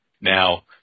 Now